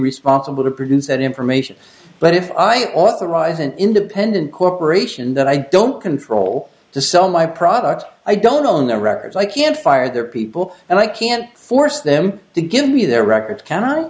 responsible to produce that information but if i authorize an independent corporation that i don't control to sell my products i don't own their records i can't fire their people and i can't force them to give me their records cannot